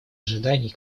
ожиданий